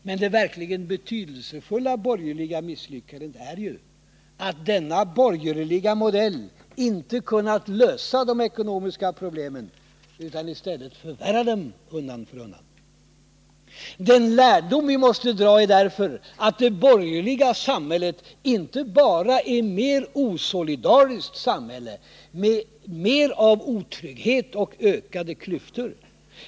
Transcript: Men det verkligen betydelsefulla borgerliga misslyckandet är ju att denna borgerliga modell inte kunnat lösa de ekonomiska problemen utan i stället förvärrar dem undan för undan. Den lärdom vi måste dra är därför att det borgeliga samhället inte bara är ett mer osolidariskt samhälle med mer av otrygghet och ökade klyftor.